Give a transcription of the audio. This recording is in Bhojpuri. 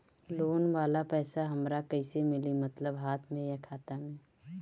लोन वाला पैसा हमरा कइसे मिली मतलब हाथ में या खाता में?